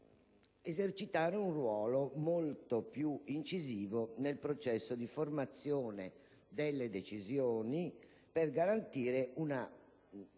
esercitare un ruolo molto più incisivo nel processo di formazione delle decisioni per garantire una